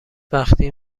وقتی